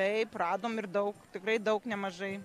taip radom ir daug tikrai daug nemažai